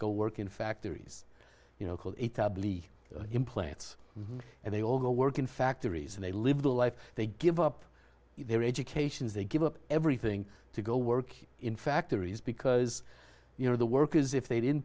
go work in factories you know call it ugly implants and they all go work in factories and they live a life they give up their educations they give up everything to go work in factories because you know the work is if they didn't